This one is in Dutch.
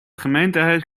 gemeentehuis